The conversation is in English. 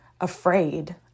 afraid